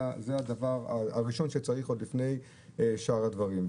זה הדבר הראשון שצריך עוד לפני שאר הדברים.